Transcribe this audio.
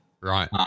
Right